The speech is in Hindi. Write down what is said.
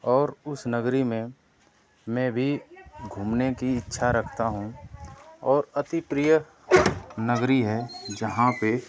और उस नगरी में मैं भी घूमने कि इच्छा रखता हूँ और अतिप्रिय नगरी है जहाँ पर